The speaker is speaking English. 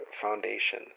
foundation